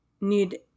need